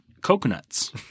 coconuts